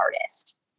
artist